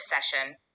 session